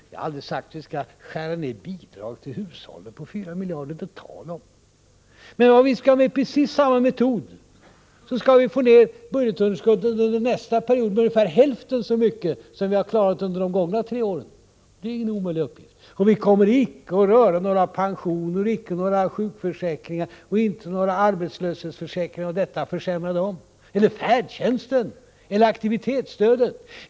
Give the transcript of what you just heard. Jag har aldrig sagt att vi skall skära ned bidragen till hushållen med 4 miljarder. Det är det inte tal om! Med precis samma metod som hittills skall vi minska budgetunderskottet under nästa period ungefär hälften så mycket som vi har klarat under de gångna tre åren. Det är ingen omöjlig uppgift. Och vi kommer icke att röra några pensioner, sjukförsäkringar eller arbetslöshetsförsäkringar eller försämra färdtjänsten eller aktivitetsstödet.